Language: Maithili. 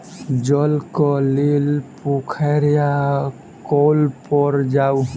जलक लेल पोखैर या कौल पर जाऊ